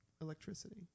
electricity